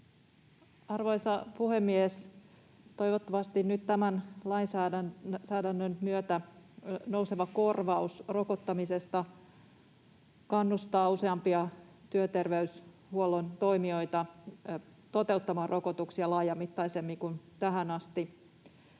Arvoisa puhemies! Toivottavasti nyt tämän lainsäädännön myötä nouseva korvaus rokottamisesta kannustaa useampia työterveyshuollon toimijoita toteuttamaan rokotuksia laajamittaisemmin kuin tähän asti.